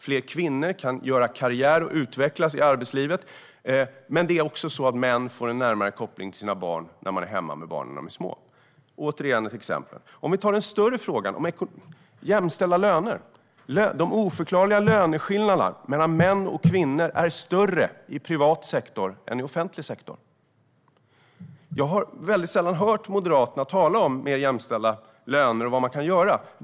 Fler kvinnor kan göra karriär och utvecklas i arbetslivet, men män får också en närmare koppling till sina barn om de är hemma med dem när de är små. Det var ett exempel. Vi kan ta upp den större frågan om jämställda löner. De oförklarliga löneskillnaderna mellan män och kvinnor är större i privat sektor än i offentlig sektor. Jag har sällan hört Moderaterna tala om mer jämställda löner och vad man kan göra.